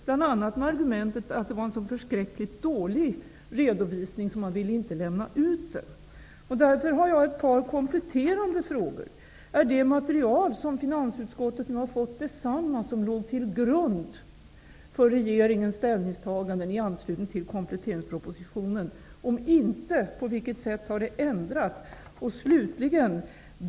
Bl.a. var argumentet att redovisningen var så förskräckligt dålig att man inte ville lämna ut den. Jag har därför ett par kompletterande frågor. Är det material som finansutskottet fått detsamma som det som låg till grund för regeringens ställningstagande i anslutning till kompletteringspropositionen? Om inte, på vilket sätt har det ändrats?